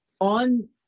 On